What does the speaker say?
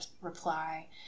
reply